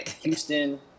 Houston